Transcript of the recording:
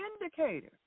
indicator